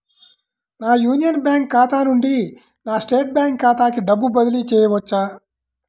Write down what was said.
నా union bank ఖాతా నుండి నా స్టేట్ బ్యాంకు ఖాతాకి డబ్బు బదిలి చేయవచ్చా?